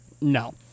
No